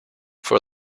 for